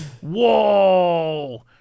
Whoa